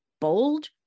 bold